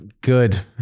good